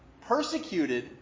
Persecuted